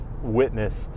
witnessed